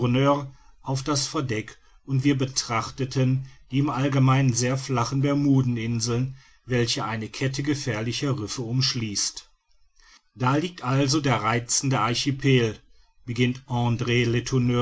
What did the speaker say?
auf das verdeck und wir betrachteten die im allgemeinen sehr flachen bermuden inseln welche eine kette gefährlicher riffe umschließt da liegt also der reizende archipel beginnt andr